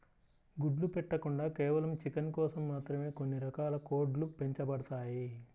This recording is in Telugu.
గుడ్లు పెట్టకుండా కేవలం చికెన్ కోసం మాత్రమే కొన్ని రకాల కోడ్లు పెంచబడతాయి